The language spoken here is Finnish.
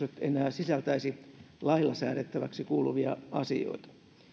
sisältäisi lailla säädettäväksi kuuluvia asioita